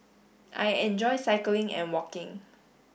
I enjoy cycling and walking